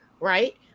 right